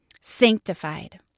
Sanctified